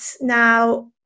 now